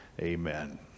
Amen